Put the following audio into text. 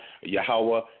Yahweh